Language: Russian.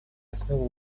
основу